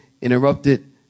interrupted